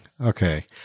okay